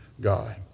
God